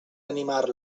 animar